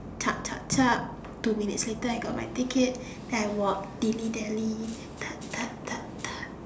tuck tuck tuck two minutes later I got my ticket then I walk dilly dally tuck tuck tuck tuck